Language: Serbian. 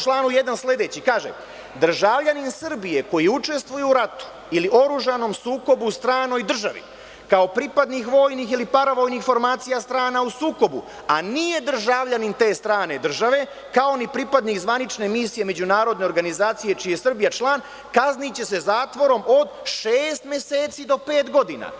Član 1. kaže – državljanin Srbije koji učestvuje u ratu ili oružanom sukobu u stranoj državi kao pripadnik vojnih ili paravojnih formacija strana u sukobu, a nije državljanin te strane države, kao ni pripadnik zvanične misije međunarodne organizacije čiji je Srbija član, kazniće se zatvorom od šest meseci do pet godina.